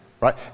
right